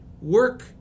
work